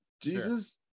Jesus